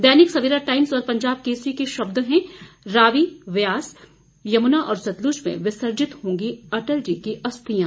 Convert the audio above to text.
दैनिक Savera Times और पंजाब केसरी के शब्द हैं रावी ब्यास यमुना और सतलुज में विसर्जित होंगी अटल जी की अस्थियाँ